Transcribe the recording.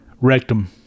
rectum